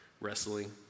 wrestling